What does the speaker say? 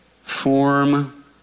form